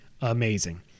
amazing